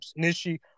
Nishi